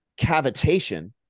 cavitation